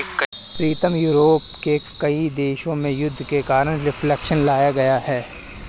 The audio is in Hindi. प्रीतम यूरोप के कई देशों में युद्ध के कारण रिफ्लेक्शन लाया गया है